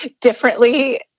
differently